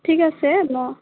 ঠিক আছে অঁ